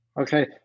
okay